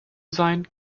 sein